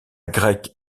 grecque